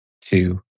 two